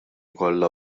kollha